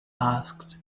asked